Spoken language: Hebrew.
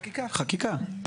חקיקה.